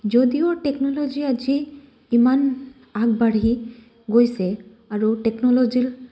যদিও টেকন'ল'জি আজি ইমান আগবাঢ়ি গৈছে আৰু টেকন'ল'জিৰ